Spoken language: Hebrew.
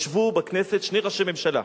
ישבו בכנסת שני ראשי ממשלה,